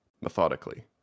methodically